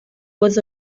was